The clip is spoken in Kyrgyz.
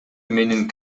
менин